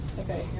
okay